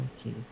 Okay